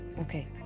okay